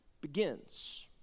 begins